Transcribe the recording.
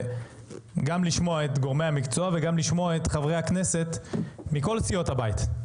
גם לשמוע את גורמי המקצוע וגם לשמוע את חברי הכנסת מכל סיעות הבית.